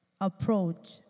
approach